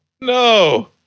No